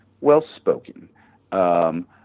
well-spoken